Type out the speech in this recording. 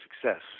success